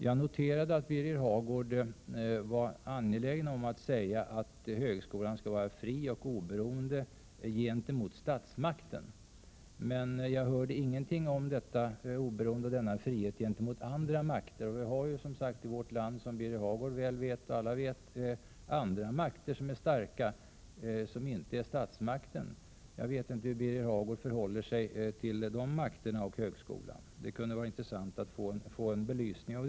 Jag noterade att Birger Hagård var angelägen om att säga att högskolan skall vara fri och oberoende gentemot statsmakten, men jag hörde ingenting om detta oberoende och denna frihet gentemot andra makter, och vi har ju som sagt i vårt land, som alla — även Birger Hagårdvet, andra makter som är starka. Jag vet inte hur Birger Hagård förhåller sig till dem och högskolan — det kunde det vara intressant att få en belysning av.